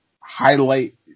highlight